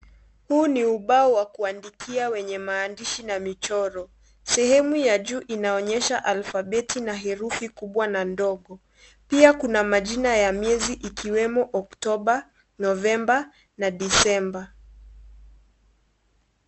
Huu ni ubao wa kuandikia wenye maandishi na michoro sehemu ya juu inaonyesha alfabeti na herufi kubwa na ndogo pia kuna majina ya miezi ikiwemo Oktoba, Novemba na Disemba.